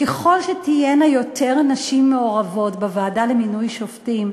שככל שתהיינה יותר נשים מעורבות בוועדה למינוי שופטים,